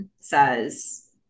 says